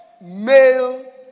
male